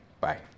Bye